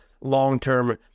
long-term